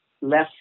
Less